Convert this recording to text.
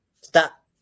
stop